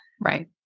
right